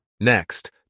Next